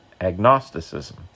agnosticism